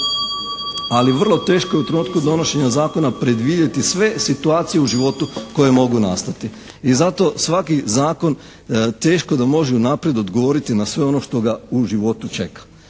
ali vrlo teško je u trenutku donošenja zakona predvidjeti sve situacije u životu koje mogu nastati. I zato svaki zakon teško da može unaprijed odgovoriti na sve ono što ga u životu čeka.